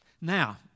Now